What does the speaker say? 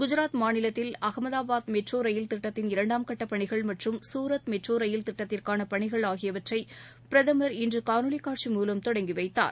குஜராத் மாநிலத்தில் Ahmedabad metro rail திட்டத்தின் இரண்டாம் கட்டப் பணிகள் மற்றம் சூரத் மெட்ரோ ரயில் திட்டத்திற்கான பணிகள் ஆகியவற்றை பிரதம் இன்று காணொலி காட்சி மூலம் தொடங்கி வைத்தார்